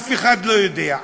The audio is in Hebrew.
אף אחד לא יודע.